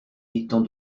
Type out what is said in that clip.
étant